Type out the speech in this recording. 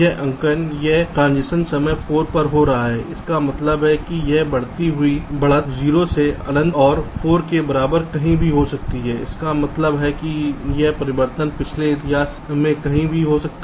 यह अंकन जहां संक्रमण समय 4 पर हो रहा है इसका मतलब है कि यह बढ़ती हुई बढ़त शून्य से अनंत और 4 के बराबर कहीं भी हो सकती है इसका मतलब है कि यह परिवर्तन पिछले इतिहास में कहीं भी हो सकता है